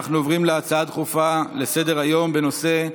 אנחנו עוברים להצעה דחופה לסדר-היום בנושא: